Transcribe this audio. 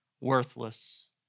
worthless